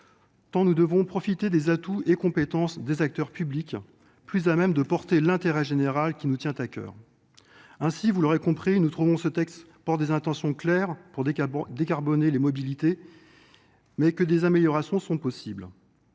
Tant nous devrons profiter des atouts et des compétences des acteurs publics plus à même de porter l'intérêt général qui nous tient à cœur ainsi vous l'aurez compris nous trouvons ce texte porte des intentions claires pour décarboner les mobilités mais que des améliorations sont possibles.